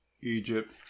Egypt